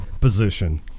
position